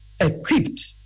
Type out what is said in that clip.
equipped